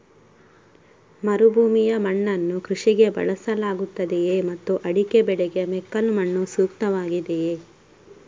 ಮರುಭೂಮಿಯ ಮಣ್ಣನ್ನು ಕೃಷಿಗೆ ಬಳಸಲಾಗುತ್ತದೆಯೇ ಮತ್ತು ಅಡಿಕೆ ಬೆಳೆಗೆ ಮೆಕ್ಕಲು ಮಣ್ಣು ಸೂಕ್ತವಾಗಿದೆಯೇ?